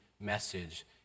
message